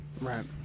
Right